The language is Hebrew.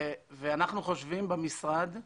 אנחנו במשרד חושבים